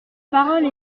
parole